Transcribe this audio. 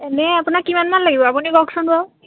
এনেই আপোনাক কিমানমান লাগিব আপুনি কওকচোন বাৰু